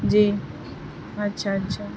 جی اچھا اچھا